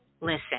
listen